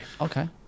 Okay